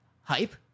hype